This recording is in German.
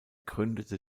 gründete